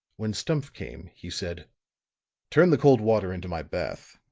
when stumph came, he said turn the cold water into my bath.